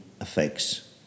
effects